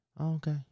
Okay